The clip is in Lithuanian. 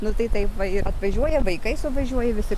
nu tai taip va i atvažiuoja vaikai suvažiuoja visi